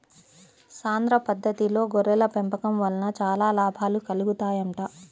సాంద్ర పద్దతిలో గొర్రెల పెంపకం వలన చాలా లాభాలు కలుగుతాయంట